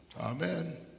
Amen